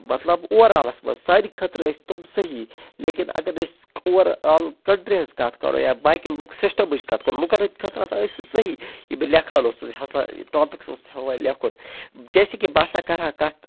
مطلب اُوَرآلَس منٛز سانہِ خٲطرٕ ٲسۍ تٕم صحیح لیکِن اگر أسۍ اُوَرآل کَنٛٹری ہٕنٛز کَتھ کَرو یا باقیَن لُکھ سِسٹَمٕچ کَتھ کَرو لُکَن ہٕنٛدۍ خٲطرٕ ہَسا ٲس سُہ صحیح یہِ بہٕ لٮ۪کھان اوسُس ہَسا یہِ ٹاپِکس اوس ہٮ۪وان لٮ۪کھُن جیسے کہِ بہٕ ہَسا کَرٕ ہا کَتھ